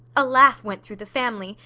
a laugh went through the family,